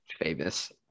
famous